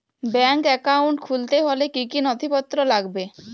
Bank account খুলতে হলে কি কি নথিপত্র লাগবে?